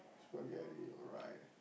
spaghetti alright